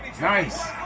Nice